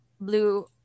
blue